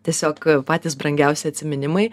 tiesiog patys brangiausi atsiminimai